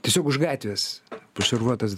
tiesiog už gatvės pašarvotas